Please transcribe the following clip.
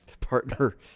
partner